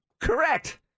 correct